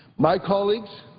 my colleagues,